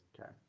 Okay